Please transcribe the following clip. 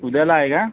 उद्याला आहे का